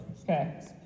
Okay